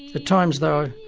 at times, though,